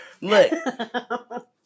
Look